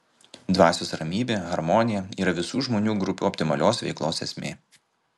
dvasios ramybė harmonija yra visų žmonių grupių optimalios veiklos esmė